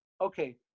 Okay